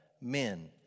men